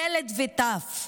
ילדים וטף.